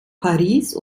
paris